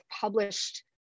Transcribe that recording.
published